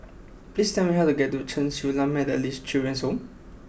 please tell me how to get to Chen Su Lan Methodist Children's Home